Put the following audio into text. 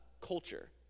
culture